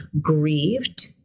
grieved